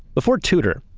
before tudor,